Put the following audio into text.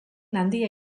handia